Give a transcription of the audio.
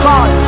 God